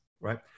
right